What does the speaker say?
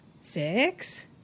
six